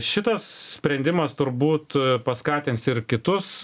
šitas sprendimas turbūt paskatins ir kitus